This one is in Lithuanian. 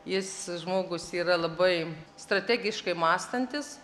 jis žmogus yra labai strategiškai mąstantis